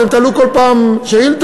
אתם תעלו כל פעם שאילתה,